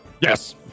yes